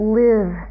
live